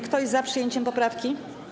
Kto jest za przyjęciem poprawki?